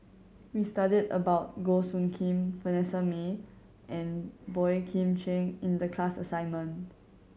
we studied about Goh Soo Khim Vanessa Mae and Boey Kim Cheng in the class assignment